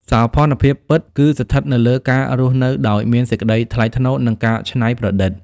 សោភ័ណភាពពិត គឺស្ថិតលើការរស់នៅដោយមានសេចក្ដីថ្លៃថ្នូរ និងការច្នៃប្រឌិត។